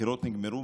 הבחירות נגמרו,